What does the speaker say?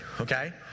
Okay